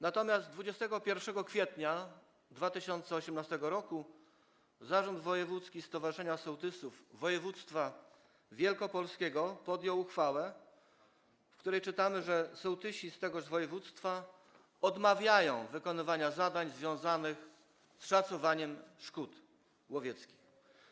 Natomiast 21 kwietnia 2018 r. Zarząd Wojewódzkiego Stowarzyszenia Sołtysów Województwa Wielkopolskiego podjął uchwałę, w której czytamy, że sołtysi z tego województwa odmawiają wykonywania zadań związanych z szacowaniem szkód łowieckich.